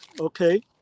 okay